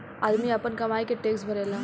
आदमी आपन कमाई के टैक्स भरेला